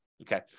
Okay